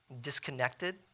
disconnected